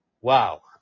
Wow